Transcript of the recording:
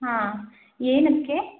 ಹಾಂ ಏನಕ್ಕೆ